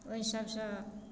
ओहि सभसँ